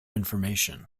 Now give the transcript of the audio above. information